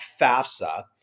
FAFSA